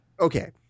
okay